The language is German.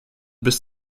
bis